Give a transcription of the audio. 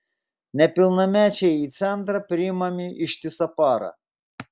nepilnamečiai į centrą priimami ištisą parą